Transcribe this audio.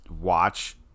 watch